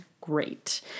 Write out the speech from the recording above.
great